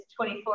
24